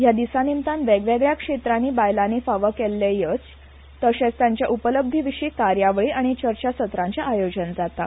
हया दिसा निमतान वेगवेगळ्या क्षेत्रानी बायलानी फाव केल्ले येस तशेच तांच्या उपलब्धीविशी कार्यावळी आनी चर्चा सत्रांचे आयोजन जाता